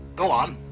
go on.